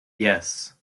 yes